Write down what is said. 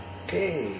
okay